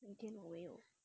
明天我有